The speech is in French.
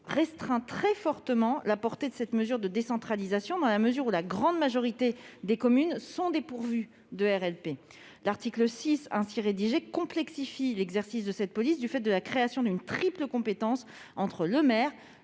restreint très fortement la portée de cette mesure de décentralisation, car la grande majorité des communes sont dépourvues de RLP. En outre, l'article 6 ainsi rédigé complexifie l'exercice de cette police en créant une triple compétence entre le maire,